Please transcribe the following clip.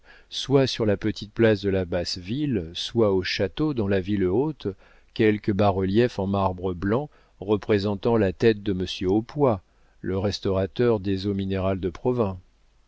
soit sur la petite place de la basse ville soit au château dans la ville haute quelque bas-relief en marbre blanc représentant la tête de monsieur opoix le restaurateur des eaux minérales de provins